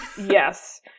Yes